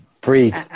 Breathe